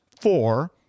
four